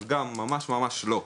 אז גם, ממש אבל ממש לא.